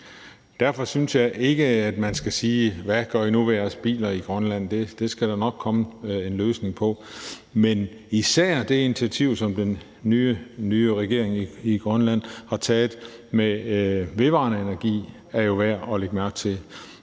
Derfor synes jeg ikke, at man skal sige: Hvad gør I nu ved jeres biler i Grønland? Det skal der nok komme en løsning på. Men især det initiativ, som den nye regering i Grønland har taget i forhold til vedvarende energi, er jo værd at lægge mærke til.